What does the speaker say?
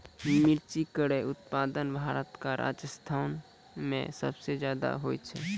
मिर्ची केरो उत्पादन भारत क राजस्थान म सबसे जादा होय छै